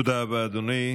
תודה רבה, אדוני.